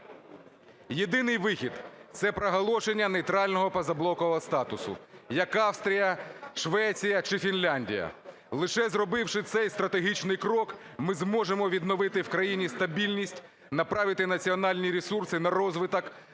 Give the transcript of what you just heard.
Єдиний вихід – це проголошення нейтрального позаблокового статусу, як Австрія, Швеція чи Фінляндія. Лише зробивши цей стратегічний крок, ми зможемо відновити в країні стабільність, направити національні ресурси на розвиток,